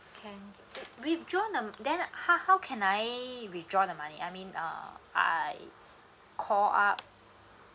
can withdraw then how how can I withdraw the money I mean uh I call up